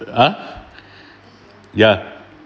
ha ya